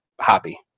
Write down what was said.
hobby